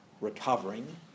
recovering